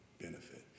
benefit